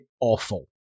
awful